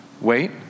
wait